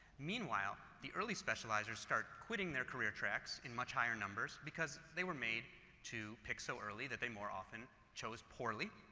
meanwhile, the early specializers start quitting their career tracks in much higher numbers because they were made to pick so early that they more often chose poorly.